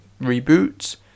reboot